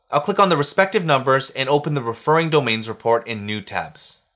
i'll click on the respective numbers and open the referring domains reports in new tabs.